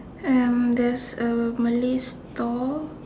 um there's a Malay store